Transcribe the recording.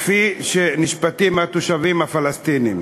כפי שנשפטים התושבים הפלסטינים,